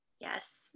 Yes